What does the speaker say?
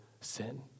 sin